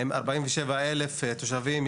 הם 47 אלף תושבים,